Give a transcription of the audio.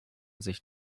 sich